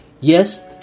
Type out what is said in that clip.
Yes